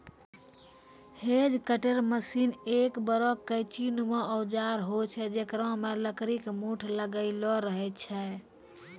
hedge cutter machine एक बड़ो कैंची नुमा औजार होय छै जेकरा मॅ लकड़ी के मूठ लागलो रहै छै